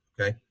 Okay